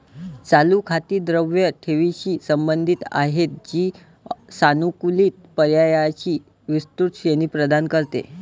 चालू खाती द्रव ठेवींशी संबंधित आहेत, जी सानुकूलित पर्यायांची विस्तृत श्रेणी प्रदान करते